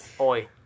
Oi